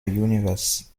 universe